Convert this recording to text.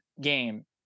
game